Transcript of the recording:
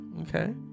Okay